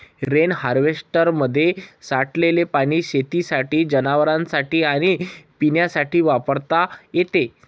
rain हार्वेस्टरमध्ये साठलेले पाणी शेतीसाठी, जनावरांनासाठी आणि पिण्यासाठी वापरता येते